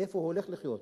איפה הוא הולך לחיות,